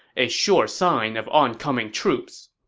a sure sign of oncoming troops.